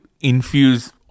infuse